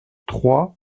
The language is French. trois